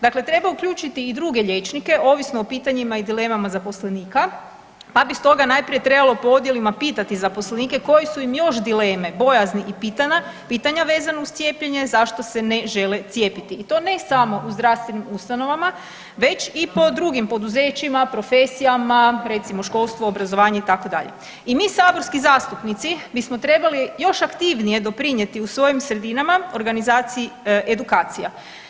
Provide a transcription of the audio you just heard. Dakle, treba uključiti i druge liječnike ovisno o pitanjima i dilemama zaposlenika, pa bi stoga najprije trebalo po odjelima pitati zaposlenike koje su im još dileme, bojazni i pitanja vezano uz cijepljenje, zašto se ne žele cijepiti i to ne samo u zdravstvenim ustanovama već i po drugim poduzećima, profesijama, recimo, školstvo, obrazovanje, itd. i mi saborski zastupnici bismo trebali još aktivnije doprinijeti u svojim sredinama, organizaciji edukacija.